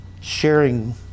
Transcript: sharing